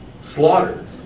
slaughtered